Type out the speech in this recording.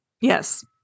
yes